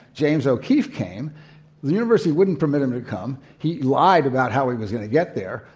james o'keefe came the university wouldn't permit him to come he lied about how he was going to get there.